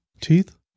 teeth